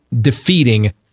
defeating